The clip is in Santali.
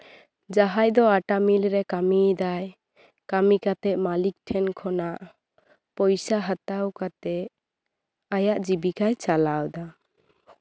ᱡᱟᱦᱟᱸᱭ ᱫᱚ ᱟᱴᱟᱢᱤᱞ ᱨᱮ ᱠᱟᱹᱢᱤᱭᱮᱫᱟᱭ ᱠᱟᱹᱢᱤ ᱠᱟᱛᱮᱜ ᱢᱟᱞᱤᱠ ᱴᱷᱮᱱ ᱠᱷᱚᱱᱟᱜ ᱯᱚᱭᱥᱟ ᱦᱟᱛᱟᱣ ᱠᱟᱛᱮᱜ ᱟᱭᱟᱜ ᱡᱤᱵᱤᱠᱟᱭ ᱪᱟᱞᱟᱣ ᱫᱟ